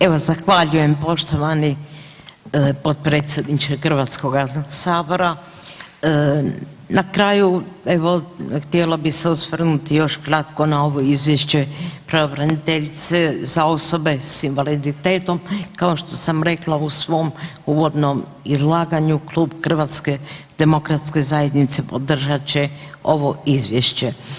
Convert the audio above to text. Evo zahvaljujem poštovani potpredsjedniče HS-a, na kraju evo, htjela bi se osvrnuti još kratko na ove Izvješće pravobraniteljice za osobe s invaliditetom, kao što sam rekla u svom uvodnom izlaganju, Klub HDZ-a podržat će ovo Izvješće.